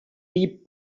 deep